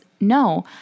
No